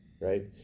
right